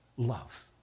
love